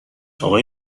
آقای